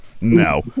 No